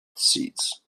seats